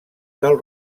del